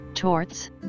Torts